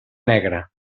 negre